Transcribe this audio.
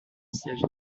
siège